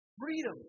freedom